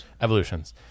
evolutions